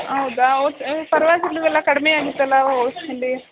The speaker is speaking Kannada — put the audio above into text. ಹೌದಾ ಓಕೆ ಪರ್ವಾಗಿರ್ಲಿಲ್ಲ ಅಲ ಕಡಿಮೆಯಾಗಿತ್ತಲ ಹೋ ಸಲ